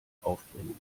aufbringen